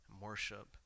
worship